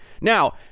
Now